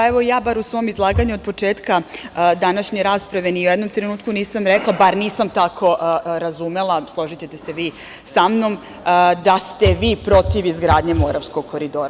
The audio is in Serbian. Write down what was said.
Evo, ja bar u svom izlaganju od početka današnje rasprave ni u jednom trenutku nisam rekla, bar nisam tako razumela, složićete se vi sa mnom, da ste vi protiv izgradnje Moravskog koridora.